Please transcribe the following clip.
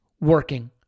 working